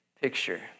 picture